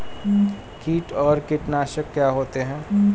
कीट और कीटनाशक क्या होते हैं?